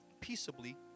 peaceably